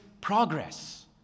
progress